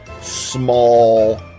Small